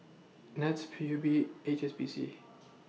Nets P U B H S B C